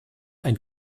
ein